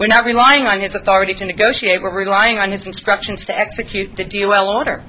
we're not relying on his authority to negotiate we're relying on his instructions to execute the deal well order